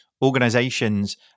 Organizations